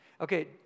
Okay